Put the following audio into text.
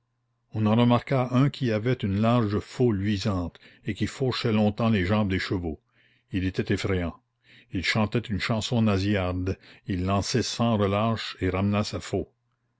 on en remarqua un qui avait une large faulx luisante et qui faucha longtemps les jambes des chevaux il était effrayant il chantait une chanson nasillarde il lançait sans relâche et ramenait sa faulx